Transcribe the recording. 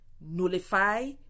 nullify